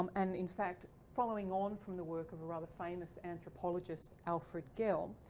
um and in fact following on from the work of a rather famous anthropologist alfred gell,